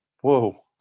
Whoa